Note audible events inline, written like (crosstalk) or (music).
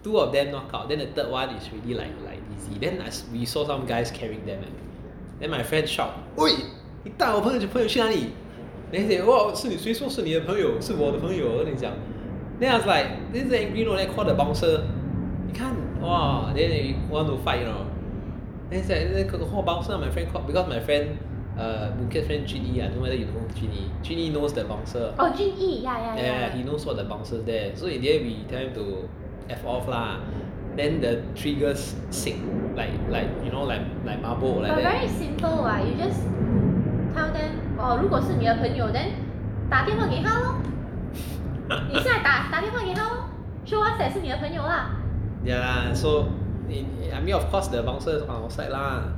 two of them knockout then the third one is really like like easy then I then we saw some guys carrying them eh then my friend shout !oi! 你带我朋友的女朋友去哪里 then he say (noise) 谁说是你朋友是我的朋友我跟你讲 then I was like so angry you know then we call the bouncer 你看 !wah! then they they want to fight you know then then I say call the bouncer my friend call uh boon keat friend uh junyi I don't know whether you know junyi junyi knows the bouncer yeah yeah yeah he knows all the bouncers there so in the end we tell him to F off lah then the three girls sick like like you know like mabo like that (laughs) yeah so I I mean of course the bouncer is from outside lah